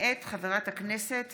מאת חברת הכנסת